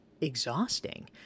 exhausting